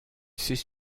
ses